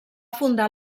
fundar